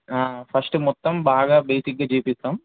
first మొత్తం బాగా బేసిక్గా చేపిస్తాం